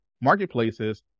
marketplaces